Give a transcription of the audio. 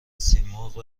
سیمرغ